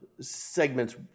segments